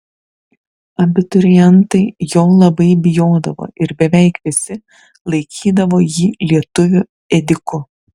abiturientai jo labai bijodavo ir beveik visi laikydavo jį lietuvių ėdiku